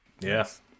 yes